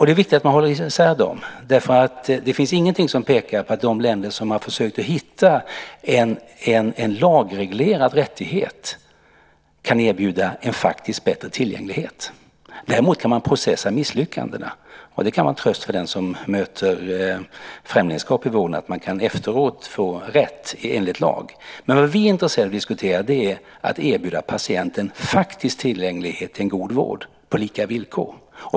Det är viktigt att man håller isär dem. Det finns nämligen ingenting som pekar på att de länder som har försökt att hitta en lagreglerad rättighet kan erbjuda en faktiskt bättre tillgänglighet. Däremot kan man processa om misslyckandena. Och det kan vara en tröst för den som möter främlingskap i vården att man efteråt kan få rätt enligt lag. Vad vi är intresserade av att diskutera är att erbjuda patienten faktisk tillgänglighet till en god vård på lika villkor.